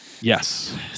Yes